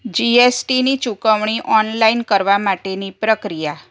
જીએસટીની ચુકવણી ઓનલાઈન કરવા માટેની પ્રક્રિયા